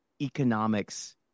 economics